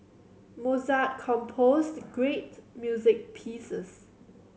Mozart composed great music pieces